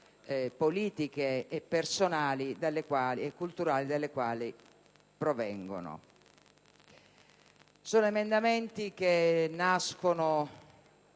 politiche, personali e culturali dalle quali provengono. Sono emendamenti che nascono